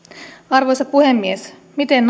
arvoisa puhemies miten